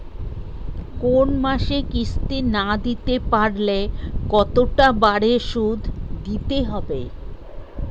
কোন মাসে কিস্তি না দিতে পারলে কতটা বাড়ে সুদ দিতে হবে?